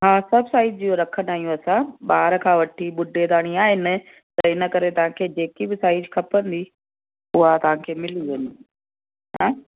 हा सभु साइजियूं रखंदा आहियूं असां ॿार खां वठी ॿुड्ढे ताणी आहिनि त इन करे तव्हांखे जेकी बि साइज खपंदी हूअ तव्हांखे मिली वेंदी ह